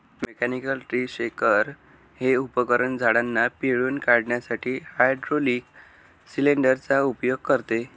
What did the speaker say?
mechanical tree shaker हे उपकरण झाडांना पिळून काढण्यासाठी हायड्रोलिक सिलेंडर चा उपयोग करते